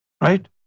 Right